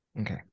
okay